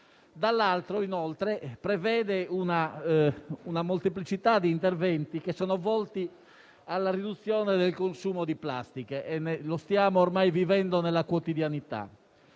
dall'altro, essa prevede inoltre una molteplicità di interventi volti alla riduzione del consumo di plastica, e lo stiamo ormai vivendo nella quotidianità.